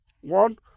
One